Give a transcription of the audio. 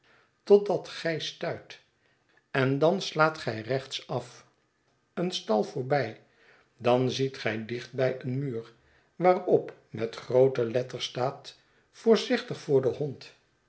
totdat gij stuit en dan slaat gij rechtsaf een stal voorbij dan ziet gij dichtbij een muur waarop met groote letters staat voorzichtig voor den hond